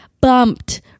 bumped